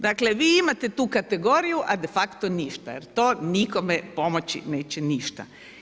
Dakle, vi imate tu kategoriju, a de facto ništa jer to nikome pomoći neće ništa.